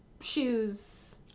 shoes